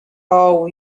all